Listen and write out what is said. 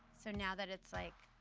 so now that it's, like,